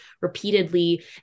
repeatedly